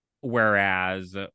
Whereas